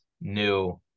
new